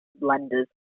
lenders